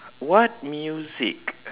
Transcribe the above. what music